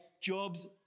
jobs